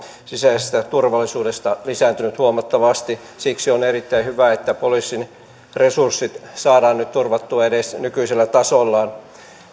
sisäisestä turvallisuudesta on todellakin lisääntynyt huomattavasti siksi on erittäin hyvä että poliisin resurssit saadaan nyt turvattua edes nykyisellä tasollaan